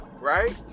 right